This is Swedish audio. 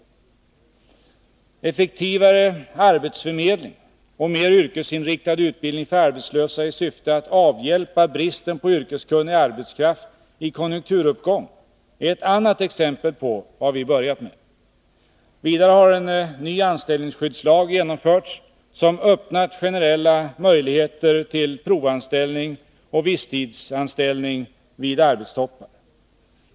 61 Effektivare arbetsförmedling och mer yrkesinriktad utbildning för arbetslösa i syfte att avhjälpa bristen på yrkeskunnig arbetskraft i konjunkturuppgång är ett annat exempel på vad vi börjat med. Vidare har en ny anställningsskyddslag genomförts, som öppnar generella möjligheter till provanställning och visstidsanställning vid arbetstoppar.